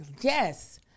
yes